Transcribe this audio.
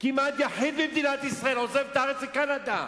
כמעט היחיד במדינת ישראל, עוזב את הארץ לקנדה.